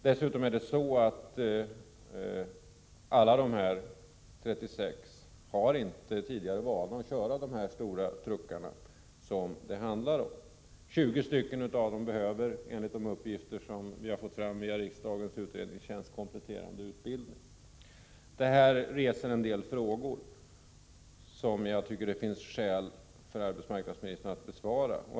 Dessutom har inte alla dessa 36 personer erfarenhet av att köra de stora truckar som det här är fråga om, vilket gör att 20 av dem — enligt de uppgifter vi har fått via riksdagens utredningstjänst — behöver kompletterande utbildning. Detta reser en del frågor som jag tycker att arbetsmarknadsministern har skäl att besvara.